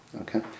Okay